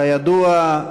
כידוע,